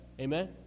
Amen